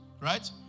right